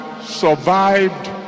survived